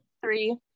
three